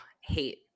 Hate